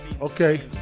Okay